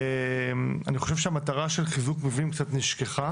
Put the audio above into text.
ואני חושב שהמטרה של חיזוק מבנים קצת נשכחה